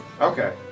Okay